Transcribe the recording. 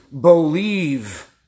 believe